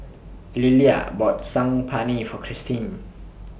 Lilla bought Saag Paneer For Cristin